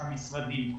המשרדים.